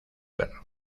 perro